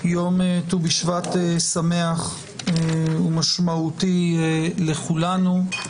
ט"ו בשבט שמח ומשמעותי לכולנו.